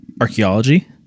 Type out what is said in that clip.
archaeology